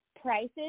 prices